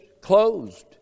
closed